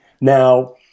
Now